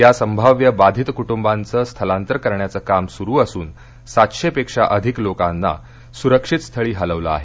या संभाव्य बाधित कु बिंचे स्थलांतर करण्याचे काम सुरु असून सातशे पेक्षा अधिक लोकांना सुरक्षितस्थळी हलविलं आहे